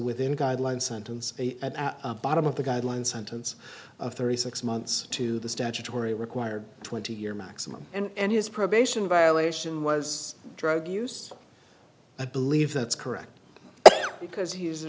within a guideline sentence at bottom of the guideline sentence of thirty six months to the statutory required twenty year maximum and his probation violation was drug use i believe that's correct because he's a